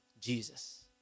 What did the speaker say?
Jesus